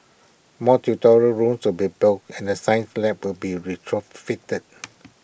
more tutorial rooms will be built and the science labs will be retrofitted